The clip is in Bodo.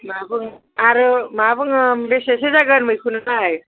माबा आरो मा बुङो बेसेसो जागोन मैखुनालाय